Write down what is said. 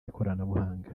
ikoranabunga